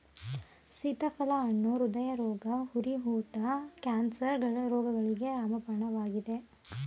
ಸೀತಾಫಲ ಹಣ್ಣು ಹೃದಯರೋಗ, ಉರಿ ಊತ, ಕ್ಯಾನ್ಸರ್ ರೋಗಗಳಿಗೆ ರಾಮಬಾಣವಾಗಿದೆ